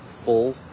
full